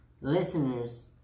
listeners